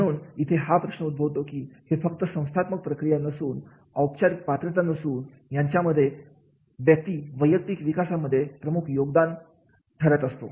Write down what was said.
म्हणून इथे हा प्रश्न उद्भवतो की हे फक्त संस्थात्मक प्रक्रिया नसून औपचारिक पात्रता नसून याच्यामध्ये व्यक्ती वैयक्तिक विकासामध्ये प्रमुख योगदान करता ठरत असतो